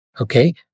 Okay